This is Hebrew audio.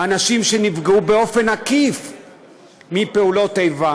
אנשים שנפגעו באופן עקיף מפעולות איבה